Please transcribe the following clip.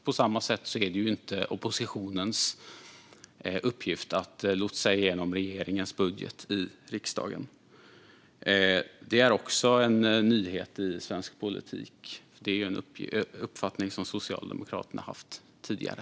På samma sätt är det inte oppositionens uppgift att nu lotsa igenom regeringens budget i riksdagen. Detta är också en nyhet i svensk politik. Det är en uppfattning som Socialdemokraterna har haft tidigare.